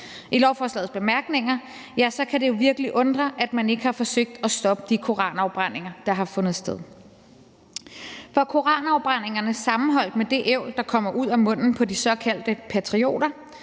i lovforslagets bemærkninger, ja, så kan det jo virkelig undre, at man ikke har forsøgt at stoppe de koranafbrændinger, der har fundet sted. For koranafbrændingerne sammenholdt med det ævl, der kommer ud af munden på de såkaldte patrioter,